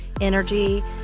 energy